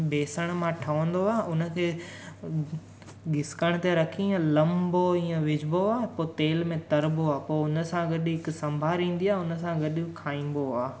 बेसण मां ठहंदो आहे उन खे घिसिकणु ते रखी लंबो ईअं विझिबो आहे पोइ तेल में तरिबो आहे पोइ उन सां गॾु हिकु संभारी ईंदी आहे हुन सां गॾु खाइबो आहे